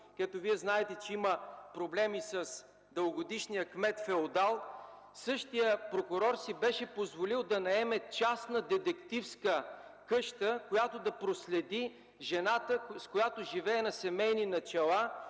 Хасково, където има проблеми с дългогодишния кмет-феодал. Същият прокурор си беше позволил да наеме частна детективска къща, която да проследи жената, с която живее на семейни начала